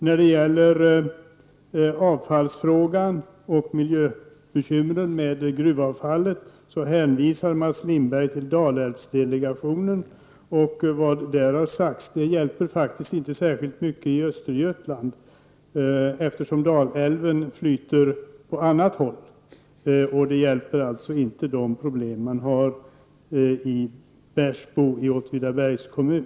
När det gäller miljöbekymren i samband med gruvavfallet hänvisar Mats Lindberg till Dalälvsdelegationen och till vad som där har sagts. Men det hjälper inte dem som bor i Östergötland särskilt mycket. Dalälven flyter ju på annat håll. Vad som här sagts är alltså inte till hjälp när det gäller att lösa problemen i Bersbo i Åtvidabergs kommun.